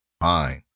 fine